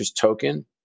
token